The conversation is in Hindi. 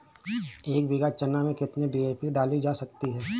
एक बीघा चना में कितनी डी.ए.पी डाली जा सकती है?